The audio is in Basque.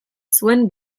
zuen